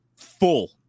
full